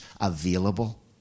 available